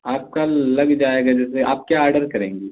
آپ کل لگ جائے گا جیسے آپ کیا آڈر کریں گی